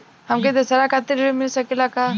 हमके दशहारा खातिर ऋण मिल सकेला का?